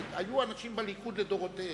היו אנשים בליכוד לדורותיהם,